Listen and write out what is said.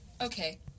Okay